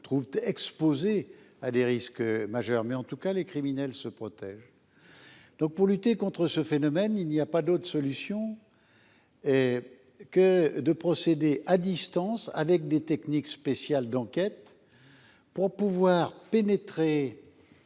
trouvent exposés à des risques majeurs. En tout cas, les criminels se protègent. Pour lutter contre un tel phénomène, il n’y a pas d’autre solution que de procéder à distance, avec des techniques spéciales, pour pénétrer